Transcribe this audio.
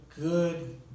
good